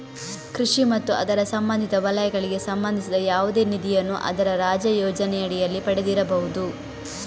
ಕೃಷಿ ಮತ್ತು ಅದರ ಸಂಬಂಧಿತ ವಲಯಗಳಿಗೆ ಸಂಬಂಧಿಸಿದ ಯಾವುದೇ ನಿಧಿಯನ್ನು ಅದರ ರಾಜ್ಯ ಯೋಜನೆಯಡಿಯಲ್ಲಿ ಪಡೆದಿರಬಹುದು